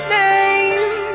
name